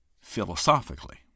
philosophically